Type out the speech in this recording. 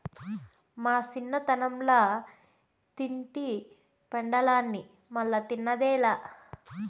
మా చిన్నతనంల తింటి పెండలాన్ని మల్లా తిన్నదేలా